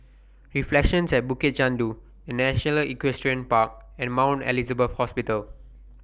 Reflections At Bukit Chandu The National Equestrian Park and Mount Elizabeth Hospital